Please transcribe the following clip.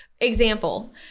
Example